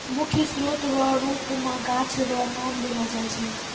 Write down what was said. मुख्य स्रोत रो रुप मे गाछ रो नाम लेलो जाय छै